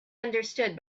understood